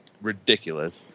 ridiculous